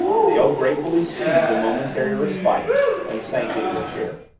dale gratefully seized the momentary respite and sank into a chair.